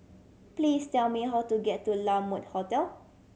please tell me how to get to La Mode Hotel